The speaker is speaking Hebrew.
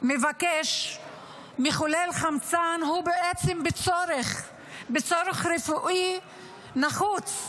-- שמבקש מחולל חמצן, הוא בעצם בצורך רפואי נחוץ,